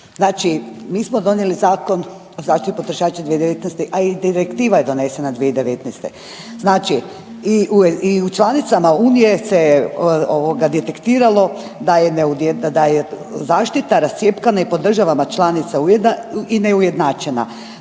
znači mi smo donijeli Zakon o zaštiti potrošača 2019., a i direktiva je donesena 2019., znači i u članicama unije se je ovoga detektiralo da je zaštita rascjepkana i po državama članicama i neujednačena.